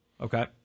Okay